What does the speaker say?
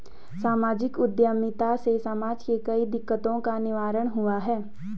सामाजिक उद्यमिता से समाज के कई दिकक्तों का निवारण हुआ है